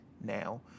now